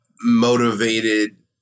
motivated